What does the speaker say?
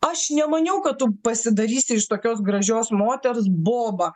aš nemaniau kad tu pasidarysi iš tokios gražios moters boba